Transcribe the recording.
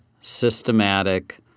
systematic